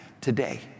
today